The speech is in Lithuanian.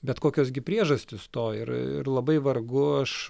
bet kokios gi priežastys to ir ir labai vargu aš